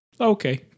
okay